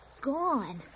gone